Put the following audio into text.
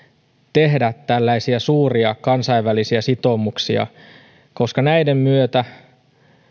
tehdä tällaisia suuria kansainvälisiä sitoumuksia koska näiden myötä